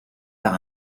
par